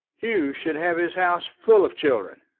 hugh should have his house full of children.